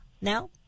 now